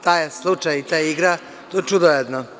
Taj je slučaj i ta igra, to je čudo jedno.